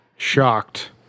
shocked